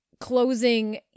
closing